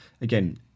again